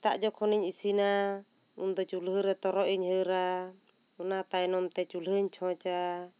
ᱥᱮᱛᱟᱜ ᱡᱚᱠᱷᱚᱱ ᱤᱧ ᱤᱥᱤᱱᱟ ᱩᱱ ᱫᱚ ᱪᱩᱞᱦᱟᱹ ᱨᱮ ᱛᱚᱨᱚᱡ ᱤᱧ ᱦᱟᱹᱨᱟ ᱚᱱᱟ ᱛᱟᱭᱱᱚᱢ ᱛᱮ ᱪᱩᱞᱦᱟᱹᱧ ᱪᱷᱚᱸᱪᱟ